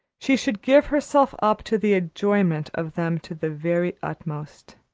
she should give herself up to the enjoyment of them to the very utmost.